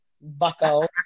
Bucko